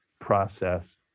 process